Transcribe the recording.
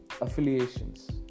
affiliations